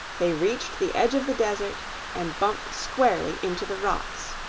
they reached the edge of the desert and bumped squarely into the rocks.